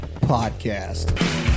podcast